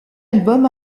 album